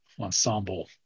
ensemble